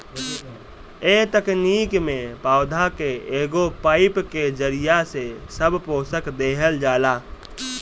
ए तकनीकी में पौधा के एगो पाईप के जरिया से सब पोषक देहल जाला